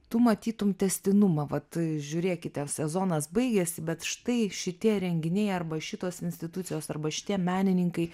tu matytum tęstinumą vat žiūrėkite sezonas baigėsi bet štai šitie renginiai arba šitos institucijos arba šitie menininkai